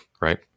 Right